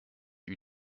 eut